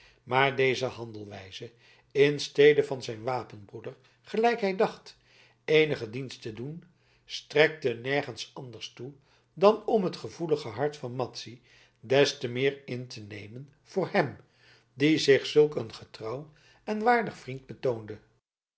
maar deze handelwijze in stede van zijn wapenbroeder gelijk hij dacht eenigen dienst te doen strekte nergens anders toe dan om het gevoelige hart van madzy des te meer in te nemen voor hem die zich zulk een getrouw en waardig vriend betoonde